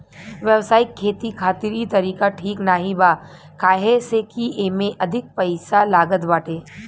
व्यावसायिक खेती खातिर इ तरीका ठीक नाही बा काहे से की एमे अधिका पईसा लागत बाटे